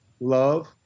love